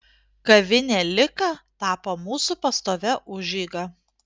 kavinė lika tapo mūsų pastovia užeiga